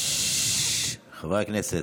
חברי הכנסת.